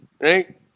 right